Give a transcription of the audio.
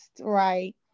right